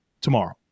tomorrow